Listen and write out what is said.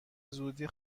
زودی